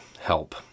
help